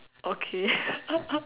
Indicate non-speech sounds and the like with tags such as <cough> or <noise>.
okay <laughs>